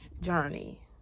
journey